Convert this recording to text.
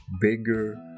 bigger